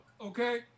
okay